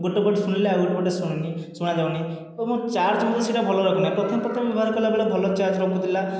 ଗୋଟିଏ ପଟେ ଶୁଣିଲେ ଆଉ ଗୋଟିଏ ପଟେ ଶୁଣିନି ଶୁଣାଯାଉନି ଏବଂ ଚାର୍ଜ ମଧ୍ୟ ସେଇଟା ଭଲ ରଖୁନାହିଁ ପ୍ରଥମେ ପ୍ରଥମେ ବ୍ୟବହାର କଲାବେଳେ ଭଲ ଚାର୍ଜ ରଖୁଥିଲା